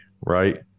right